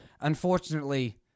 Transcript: unfortunately